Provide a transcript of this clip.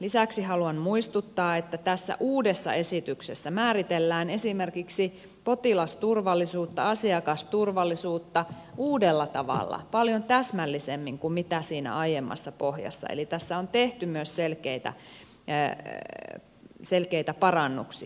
lisäksi haluan muistuttaa että tässä uudessa esityksessä määritellään esimerkiksi potilasturvallisuutta asiakasturvallisuutta uudella tavalla paljon täsmällisemmin kuin mitä siinä aiemmassa pohjassa eli tässä on tehty myös selkeitä parannuksia